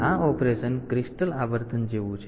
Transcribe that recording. તેથી આ operation crystal આવર્તન જેવું છે